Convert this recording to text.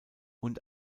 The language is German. und